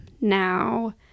Now